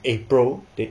april